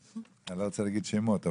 אני לא רוצה להגיד שמות.